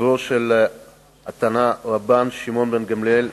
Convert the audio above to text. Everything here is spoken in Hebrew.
קברו של התנא רבן שמעון בן גמליאל,